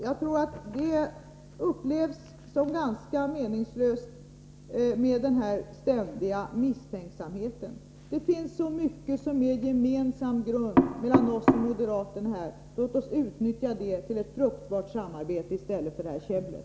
Jag tror emellertid, Bengt Wittbom, att den här ständiga misstänksamheten upplevs som ganska meningslös. Det finns så mycket som är gemensam grund för oss och moderaterna i den här frågan. Låt oss utnyttja detta till ett fruktbart samarbete i stället för det här käbblet.